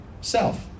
self